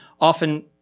often